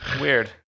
Weird